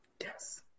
Yes